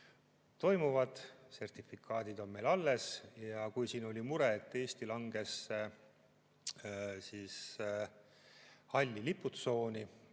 toimuvad, sertifikaadid on meil alles. Kui siin oli mure, et Eesti langes halli liputsooni,